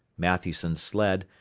matthewson's sled,